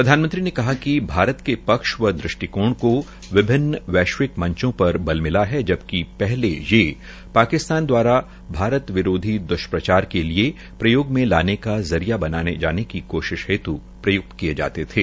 प्रधानमंत्री ने कहा कि भारत के पक्ष व दृष्टिकोण को विभिन्न वैश्विक मंचों पर बला मिला है जबकि पहले ये पाकिस्तान द्वारा भारत विरोधी द्ष्प्रचार के लिये प्रयोग में लाने का जरिया बनाये जाने की कोशिश हेत् प्रयुक्त किये जाते थे